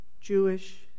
Jewish